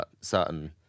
certain